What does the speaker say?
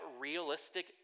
realistic